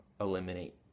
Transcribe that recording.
eliminate